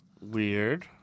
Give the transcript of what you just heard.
Weird